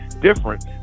different